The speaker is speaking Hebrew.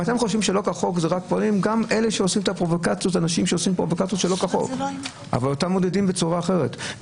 את הנשים שעושות פרובוקציות שלא חוק מעודדים בצורה אחרת,